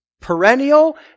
perennial